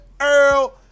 Earl